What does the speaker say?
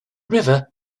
river